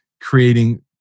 creating